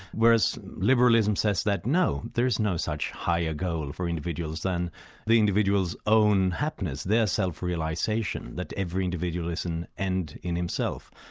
whereas liberalism says that no, there is no such higher goal for individuals than the individual's own happiness the self-realisation that every individual is an end in himself,